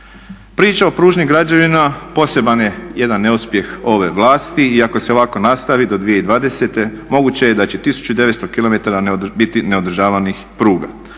Priča o pružnim građevinama poseban je jedan neuspjeh ove vlasti i ako se ovako nastavi do 2020. moguće je da će 1900 km biti neodržavanih pruga.